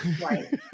Right